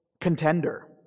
contender